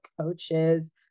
coaches